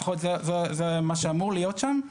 לפחות זה מה שאמור להיות שם.